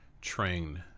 train